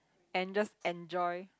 and just enjoy